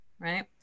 right